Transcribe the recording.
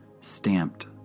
stamped